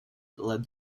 led